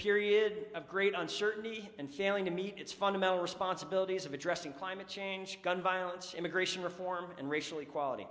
period of great uncertainty and failing to meet its fundamental responsibilities of addressing climate change gun violence immigration reform and racial equality